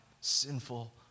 sinful